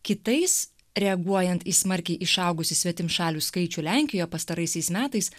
kitais reaguojant į smarkiai išaugusį svetimšalių skaičių lenkijoje pastaraisiais metais